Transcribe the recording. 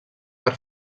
per